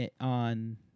on